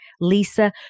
Lisa